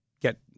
get